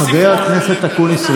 חבר הכנסת אקוניס,